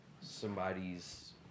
somebody's